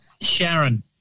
Sharon